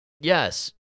yes